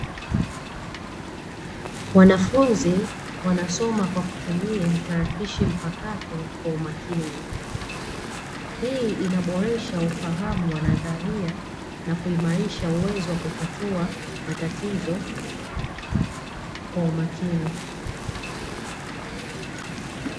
Wanafunzi wanasoma kwa kutumia tarakilishi mpakato kwa umakini. Hii inaboresha ufahamu wa nadharia na kuimarisha uwezo wa kutatua matatizo kwa umakini.